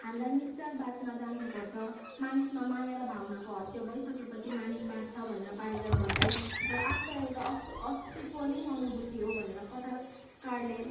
हामीलाई निस्सार बाँच्न जान्नुपर्छ मानिसमा माया भवनाको हत्या भइसकेपछि मानिस बाँच्छ भनेर पारिजात भन्छिन् र आस्था एउटा अस्त अस्तित्वहीन अनुभूति हो भनेर कथाकारले